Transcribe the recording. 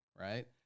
right